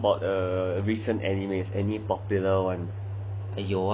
what about uh recent animes any popular ones